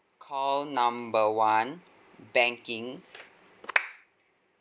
call number one banking